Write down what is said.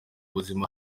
buzima